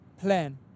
plan